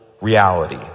reality